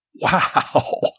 Wow